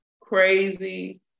crazy